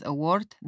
Award